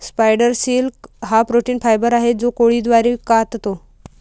spider silk हा protein fibre आहे जो कोळी द्वारे काततो